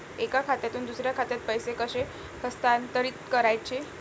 एका खात्यातून दुसऱ्या खात्यात पैसे कसे हस्तांतरित करायचे